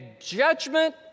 judgment